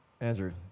Andrew